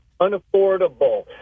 unaffordable